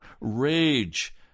rage